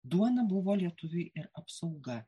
duona buvo lietuviui ir apsauga